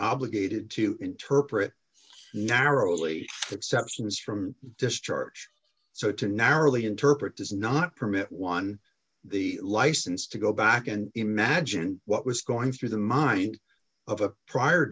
obligated to interpret narrowly exceptions from discharge so to narrowly interpret does not permit one the license to go back and imagine what was going through the mind of a prior